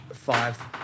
Five